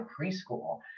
preschool